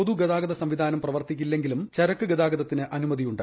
പൊതുഗതാഗത സംവിധാനം പ്രവർത്തിക്കില്ലെങ്കിലും ചരക്കുഗതാഗതത്തിന് അനുമതിയുണ്ട്